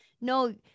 no